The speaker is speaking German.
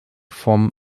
vom